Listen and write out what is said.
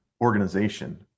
organization